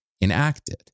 enacted